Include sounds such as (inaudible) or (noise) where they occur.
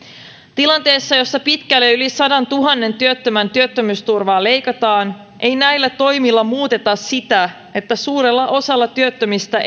tilanteessa jossa pitkälle yli sadantuhannen työttömän työttömyysturvaa leikataan ei näillä toimilla muuteta sitä että suurella osalla työttömistä (unintelligible)